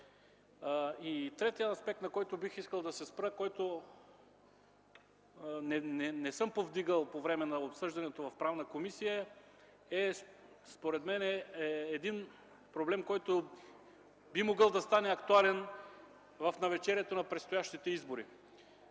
Третият аспект, на който бих искал да се спра, който не съм повдигал по време на обсъждането в Правната комисия, е според мен проблем, който би могъл да стане актуален в навечерието на предстоящите избори.